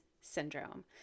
syndrome